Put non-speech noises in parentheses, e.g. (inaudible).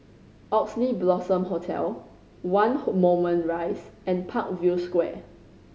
Oxley Blossom Hotel One (unintelligible) Moulmein Rise and Parkview Square